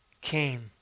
came